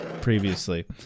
Previously